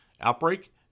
outbreak